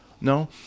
no